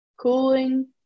cooling